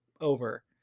over